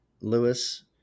Lewis